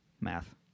Math